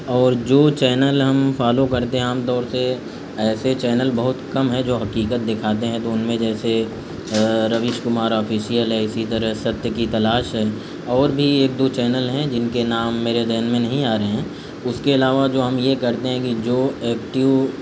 اور جو چینل ہم فالو کرتے ہیں عام طور سے ایسے چینل بہت کم ہے جو حقیقت دکھاتے ہیں تو ان میں جیسے رویش کمار آفیشیل ہے اسی طرح ستیہ کی تلاش ہے اور بھی ایک دو چینل ہیں جن کے نام میرے ذہن میں نہیں آ رہے ہیں اس کے علاوہ جو ہم یہ کرتے ہیں کہ جو ایکٹیو